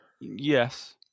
Yes